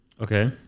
Okay